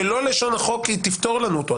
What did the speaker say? שלא לשון החוק תפתור לנו אותו.